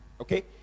Okay